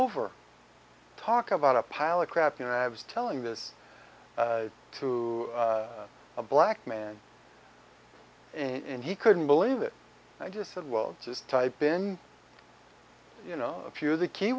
over talk about a pile of crap you know i was telling this to a black man and he couldn't believe it i just said well just type in you know a few of the key